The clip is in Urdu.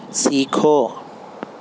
سیکھو